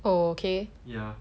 okay